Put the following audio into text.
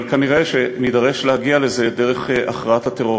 אבל כנראה נידרש להגיע לזה דרך הכרעת הטרור,